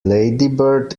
ladybird